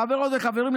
חברות וחברים,